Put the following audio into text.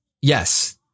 Yes